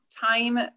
time